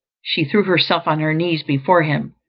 she threw herself on her knees before him,